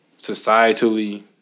Societally